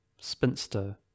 spinster